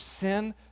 sin